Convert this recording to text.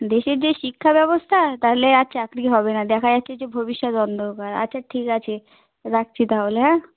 দেশের যে শিক্ষা ব্যবস্থা তাহলে আর চাকরি হবে না দেখা যাচ্ছে যে ভবিষ্যৎ অন্ধকার আচ্ছা ঠিক আছে রাখছি তাহলে হ্যাঁ